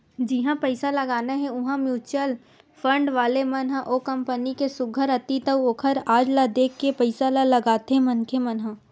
जिहाँ पइसा लगाना हे उहाँ म्युचुअल फंड वाले मन ह ओ कंपनी के सुग्घर अतीत अउ ओखर आज ल देख के पइसा ल लगाथे मनखे मन ह